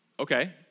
Okay